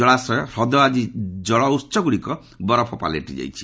ଜଳାଶ୍ରୟ ହ୍ରଦ ଆଦି ଜଳ ଉସଗ୍ରଡ଼ିକ ବରଫ ପାଲଟି ଯାଇଛି